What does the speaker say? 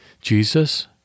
Jesus